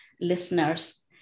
listeners